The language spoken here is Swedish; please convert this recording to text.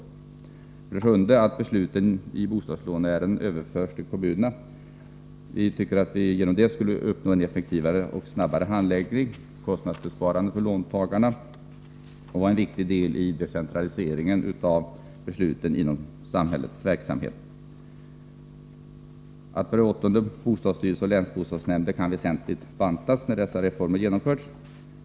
För det sjunde vill vi i centern att besluten i bostadslåneärenden överförs till kommunerna. Vi tror att man därigenom skulle uppnå en effektivare och snabbare handläggning och kostnadsbesparingar för låntagarna. Det skulle också vara en viktig del i decentraliseringen av besluten inom samhällets verksamhet. Bostadsstyrelsen och länsbostadsnämnderna kan för det åttonde väsentligt bantas när dessa reformer genomförts.